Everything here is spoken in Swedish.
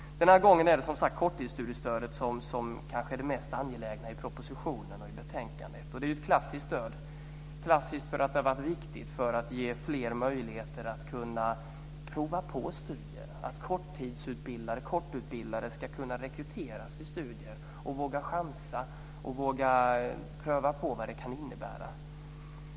Den här gången är det, som sagt var, korttidsstudiestödet som kanske är det mest angelägna i propositionen och betänkandet. Det är ett klassiskt stöd - klassiskt därför att det har varit viktigt att ge fler möjligheter att prova på studier, att kortutbildade ska kunna rekryteras till studier och våga chansa och våga pröva på vad det kan innebära.